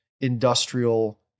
industrial